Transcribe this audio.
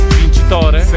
vincitore